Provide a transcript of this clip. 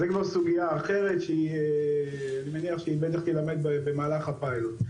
זאת כבר סוגיה אחרת שאני מניח שהיא בטח תילמד במהלך הפיילוט.